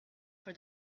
for